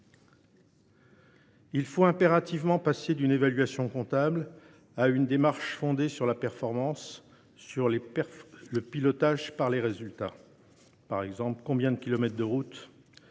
Il faut impérativement passer d’une évaluation comptable à une démarche fondée sur la performance, sur le pilotage par les résultats, en se demandant par exemple combien de kilomètres de route